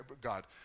God